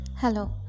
hello